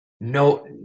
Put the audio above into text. no